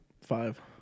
five